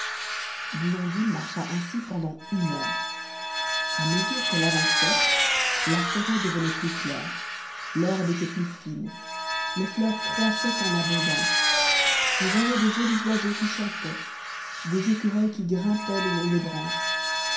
blondine marcha ainsi pendant une heure à mesure qu'elle avançait la forêt devenait plus claire l'herbe était plus fine les fleurs croissaient en abondance on voyait de jolis oiseaux qui chantaient des écureuils qui grimpaient le long des branches